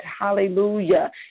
hallelujah